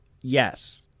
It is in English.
yes